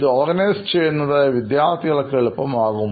ഇത് ഓർഗനൈസ് ചെയ്യുന്നത് വിദ്യാർഥികൾക്ക് എളുപ്പമാകും